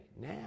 now